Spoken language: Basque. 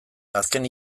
azken